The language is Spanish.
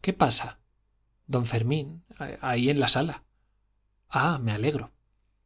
qué pasa don fermín ahí en la sala ah me alegro